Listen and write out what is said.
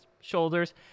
shoulders